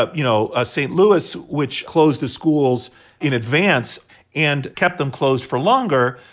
ah you know, ah st. louis, which closed the schools in advance and kept them closed for longer,